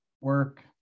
work